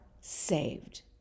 saved